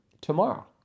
tomorrow